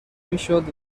میشد